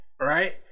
right